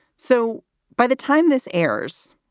so by the time this airs,